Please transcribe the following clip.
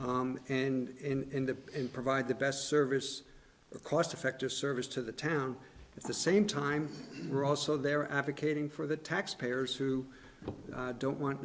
and in the end provide the best service a cost effective service to the town at the same time we're also there advocating for the taxpayers who don't want